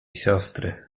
siostry